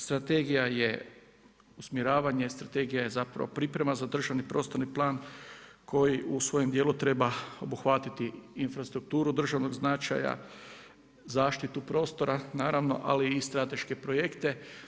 Strategija je usmjeravanje, strategija je zapravo priprema za državni prostorni plan koji u svom dijelu treba obuhvatiti infrastrukturu državnog značaja, zaštitu prostora naravno ali i strateške projekte.